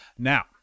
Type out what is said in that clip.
Now